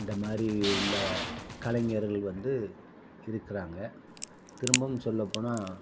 இந்த மாதிரி உள்ள கலைஞர்கள் வந்து இருக்கிறாங்க திரும்பவும் சொல்லப்போனால்